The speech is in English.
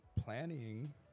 planning